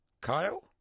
Kyle